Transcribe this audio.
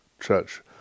church